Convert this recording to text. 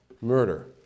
Murder